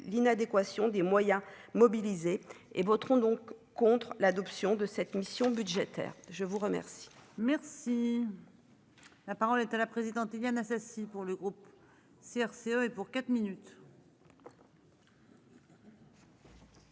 l'inadéquation des moyens mobilisés et voteront donc contre l'adoption de cette mission budgétaire, je vous remercie, merci. La parole est à la présidente : Éliane Assassi pour le groupe CRCE et pour quatre minutes.